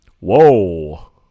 Whoa